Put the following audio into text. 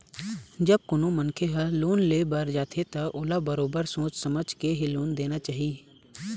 जब कोनो मनखे ह लोन ले बर जाथे त ओला बरोबर सोच समझ के ही लोन लेना चाही